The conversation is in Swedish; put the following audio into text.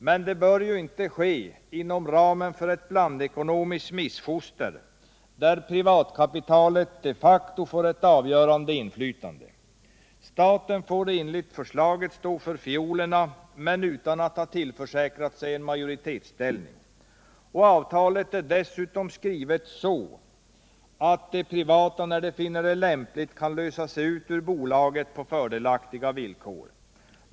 Men en sådan samordning bör inte ske inom ramen för ett blandekonomiskt missfoster, där privatkapitalet de facto får ett avgörande inflytande. Staten får enligt förslaget stå för fiolerna, men utan att ha tillförsäkrat sig en majoritetsställning. Avtalet är dessutom skrivet så att de privata, när de finner det lämpligt, kan lösa ut sig ur bolaget på fördelaktiga villkor.